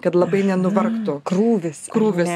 kad labai nenuvargtų krūvis krūvis